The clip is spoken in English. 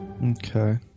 okay